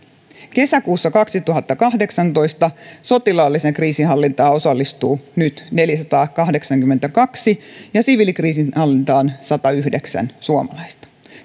kesäkuussa kaksituhattakahdeksantoista sotilaalliseen kriisinhallintaan osallistuu neljäsataakahdeksankymmentäkaksi ja siviilikriisinhallintaan satayhdeksän suomalaista